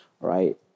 right